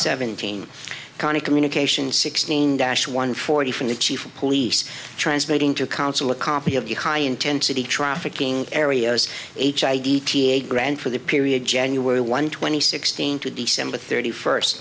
seventeen county communication sixteen dash one forty from the chief of police transmitting to counsel a copy of the high intensity traffic king areas hit the ground for the period january one twenty sixteen to december thirty first